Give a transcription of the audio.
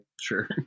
Sure